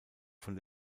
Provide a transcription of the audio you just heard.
von